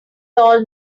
tall